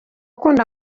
ukunda